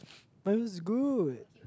but it's good